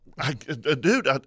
Dude